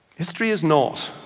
history is not,